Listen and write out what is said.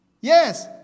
Yes